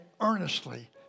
earnestly